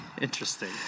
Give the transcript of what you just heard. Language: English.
Interesting